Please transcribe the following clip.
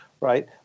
right